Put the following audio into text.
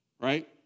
right